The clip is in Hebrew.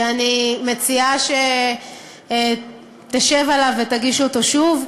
שאני מציעה שתדונו עליו ותגישו אותו שוב.